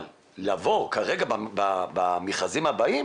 אבל במכרזים הבאים,